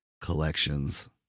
collections